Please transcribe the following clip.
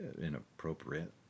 inappropriate